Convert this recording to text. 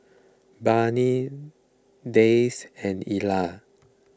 Barnie Dayse and Ela